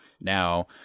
now